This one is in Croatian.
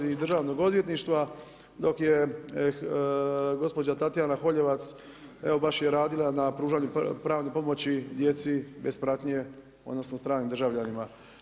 iz Državnog odvjetništva dok je gospođa Tatjana Holjevac evo baš je radila na pružanju pravne pomoći djeci bez pratnje odnosno stranim državljanima.